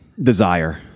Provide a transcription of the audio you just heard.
Desire